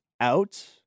out